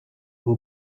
who